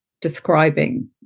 describing